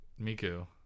miku